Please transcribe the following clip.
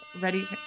ready